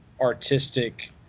artistic